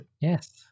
yes